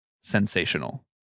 sensational